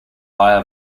higher